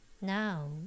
now